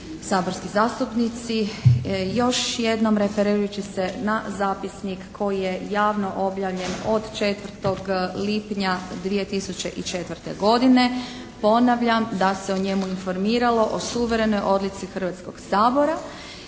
saborski zastupnici! Još jednom referirajući se na zapisnik koji je javno objavljen od 4. lipnja 2004. godine ponavljam da se u njemu informiralo o suverenoj odluci Hrvatskoga sabora